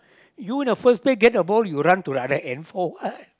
you in the first place you run to the other end for what